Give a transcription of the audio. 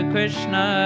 Krishna